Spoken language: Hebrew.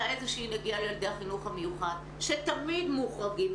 איזושהי נגיעה לילדי החינוך המיוחד שתמיד מוחרגים,